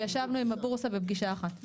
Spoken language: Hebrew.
ישבנו עם הבורסה בפגישה אחת.